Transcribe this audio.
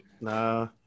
Nah